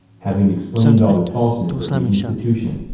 having explained all the falseness of the institution,